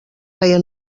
veia